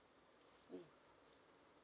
mm